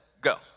go